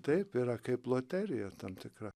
taip yra kaip loterija tam tikra